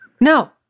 No